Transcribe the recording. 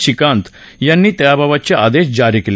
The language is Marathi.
श्रीकांत यांनी याबाबतचे आदेश जारी केले